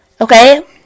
Okay